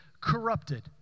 corrupted